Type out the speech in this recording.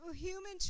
Human